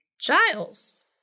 Giles